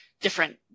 different